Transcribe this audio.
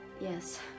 Yes